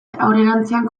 aurrerantzean